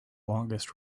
longest